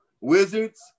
Wizards